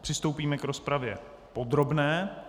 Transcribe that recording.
Přistoupíme k rozpravě podrobné.